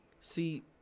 see